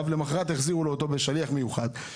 ולמוחרת החזירו לו אותו עם שליח מיוחד.